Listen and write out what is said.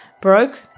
broke